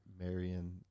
Marion